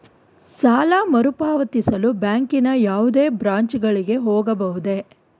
ಸಾಲ ಮರುಪಾವತಿಸಲು ಬ್ಯಾಂಕಿನ ಯಾವುದೇ ಬ್ರಾಂಚ್ ಗಳಿಗೆ ಹೋಗಬಹುದೇ?